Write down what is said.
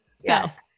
Yes